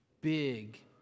big